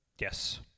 Yes